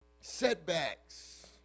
Setbacks